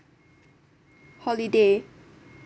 holiday